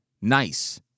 nice